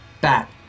Bat